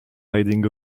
riding